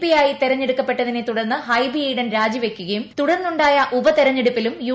പിയായി തെരഞ്ഞെടുക്കപ്പെട്ടതിനെ തുടർന്ന് ഹൈബി ഈഡൻ രാജിവെക്കുകയും തുടർന്നുണ്ടായ ഉപതെരഞ്ഞെടുപ്പിലും യു